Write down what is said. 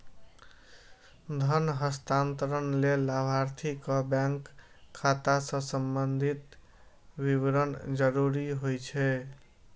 धन हस्तांतरण लेल लाभार्थीक बैंक खाता सं संबंधी विवरण जरूरी होइ छै